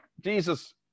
Jesus